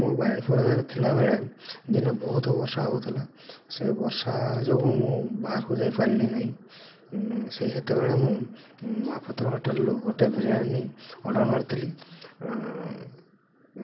ମୁଁ ବାରିପଦାରେ ଥିଲାବେଳେ ଦିନେ ବହୁତ ବର୍ଷା ହେଉଥିଲା ସେ ବର୍ଷା ଯୋଗୁଁ ମୁଁ ବାହାରକୁ ଯାଇପାରିଲି ସିଏ ସେତେବେଳେ ମୁଁ ମହାପାତ୍ର ହୋଟେଲ୍ରୁ ଗୋଟେ ବିରିୟାନୀ ଅର୍ଡ଼ର୍ ମାରିଥିଲି